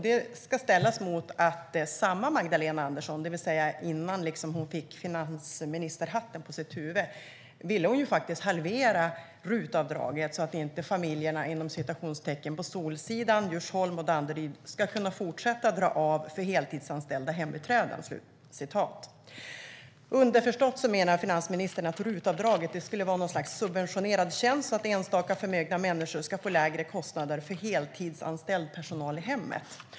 Det ska ställas mot att samma Magdalena Andersson innan hon fick finansministerhatten på sitt huvud faktiskt ville halvera RUT-avdraget så att inte "familjerna på Solsidan, Djursholm och Danderyd ska kunna fortsätta dra av för heltidsanställda hembiträden". Underförstått menar finansministern att RUT-avdraget skulle vara något slags subvention för att enstaka förmögna människor ska få lägre kostnader för heltidsanställd personal i hemmet.